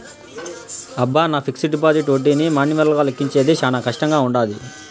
అబ్బ, నా fixed deposit ఒడ్డీని మాన్యువల్గా లెక్కించేది శానా కష్టంగా వుండాది